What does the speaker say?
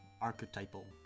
archetypal